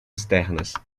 externas